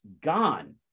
gone